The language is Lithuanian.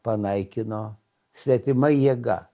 panaikino svetima jėga